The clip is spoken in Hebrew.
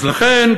אז לכן,